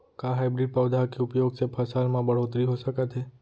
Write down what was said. का हाइब्रिड पौधा के उपयोग से फसल म बढ़होत्तरी हो सकत हे?